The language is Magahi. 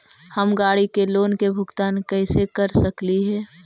हम गाड़ी के लोन के भुगतान कैसे कर सकली हे?